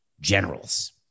generals